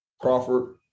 Crawford